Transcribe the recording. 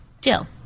jill